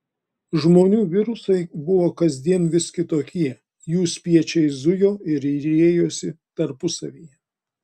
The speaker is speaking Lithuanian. žmonių virusai buvo kasdien vis kitokie jų spiečiai zujo ir riejosi tarpusavyje